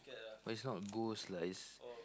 but it's not ghost lah it's